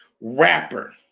rapper